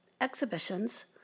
exhibitions